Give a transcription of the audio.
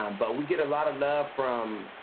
um but we get a lot of the from